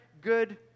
good